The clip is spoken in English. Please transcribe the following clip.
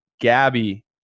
Gabby